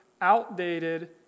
outdated